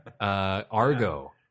Argo